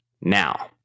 Now